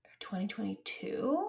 2022